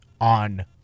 on